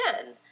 again